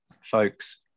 Folks